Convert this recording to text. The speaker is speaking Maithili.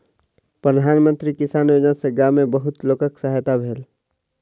प्रधान मंत्री किसान योजना सॅ गाम में बहुत लोकक सहायता भेल